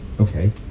okay